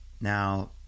Now